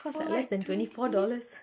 it's like less than twenty four dollars